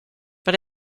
but